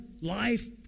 life